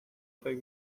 فکر